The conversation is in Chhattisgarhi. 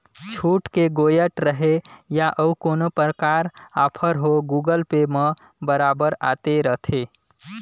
छुट के गोयठ रहें या अउ कोनो परकार आफर हो गुगल पे म बरोबर आते रथे